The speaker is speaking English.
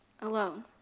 alone